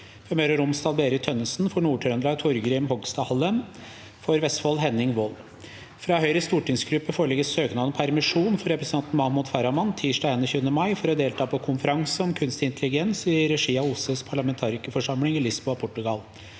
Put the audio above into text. Møre og Romsdal: Berit Tønnesen For Nord-Trøndelag: Torgrim Hogstad Hallem For Vestfold: Henning Wold Fra Høyres stortingsgruppe foreligger søknad om permisjon for representanten Mahmoud Farahmand tirsdag 21. mai for å delta på konferanse om kunstig intelligens i regi av OSSEs parlamentarikerforsamling i Lisboa, Portugal.